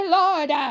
lord